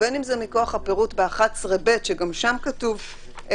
ובין אם זה מכוח הפירוט ב-11(ב), שגם שם כתוב גם